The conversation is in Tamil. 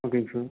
ஓகேங்க சார்